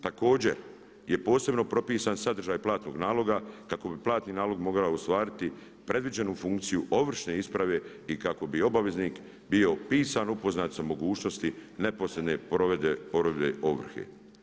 Također je posebno propisan sadržaj platnog naloga kako bi platni nalog mogao ostvariti predviđenu funkciju ovršne isprave i kako bi obaveznih bio pisano upoznat sa mogućnosti neposredne provedbe ovrhe.